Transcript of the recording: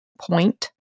point